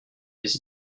les